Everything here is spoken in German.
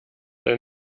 dein